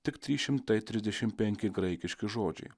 tik trys šimtai trisdešim penki graikiški žodžiai